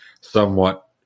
somewhat